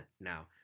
now